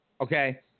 Okay